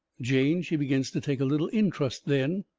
jane, she begins to take a little intrust then.